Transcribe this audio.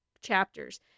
chapters